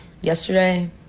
yesterday